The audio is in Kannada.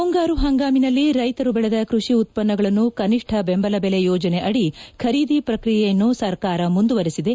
ಮುಂಗಾರು ಹಂಗಾಮಿನಲ್ಲಿ ರೈತರು ಬೆಳೆದ ಕೃಷಿ ಉತ್ವನ್ನಗಳನ್ನು ಕನಿಷ್ಠ ಬೆಂಬಲ ಬೆಲೆ ಯೋಜನೆ ಅದಿ ಖರೀದಿ ಪ್ರಕ್ರಿಯೆಯನ್ನು ಸರ್ಕಾರ ಮುಂದುವರಿಸಿದೆ